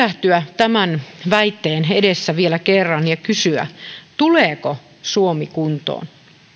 hyvä pysähtyä tämän väitteen edessä vielä kerran ja kysyä tuleeko suomi kuntoon